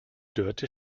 dörte